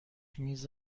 میز